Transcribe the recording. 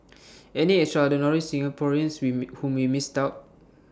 any extraordinary Singaporeans with whom we missed out